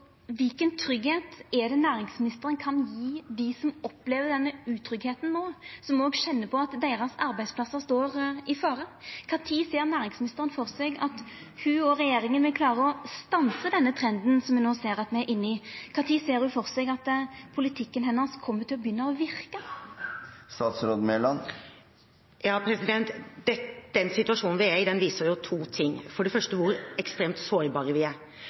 som òg kjenner på at deira arbeidsplassar står i fare? Når ser næringsministeren for seg at ho og regjeringa vil klara å stansa denne trenden som me no ser at me er inne i? Når ser ho for seg at politikken hennar kjem til å begynna å verka? Den situasjonen vi er i, viser to ting: For det første hvor ekstremt sårbare